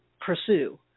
pursue